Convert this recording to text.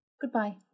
Goodbye